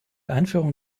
einführung